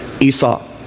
Esau